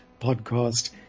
podcast